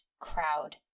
crowd